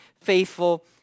faithful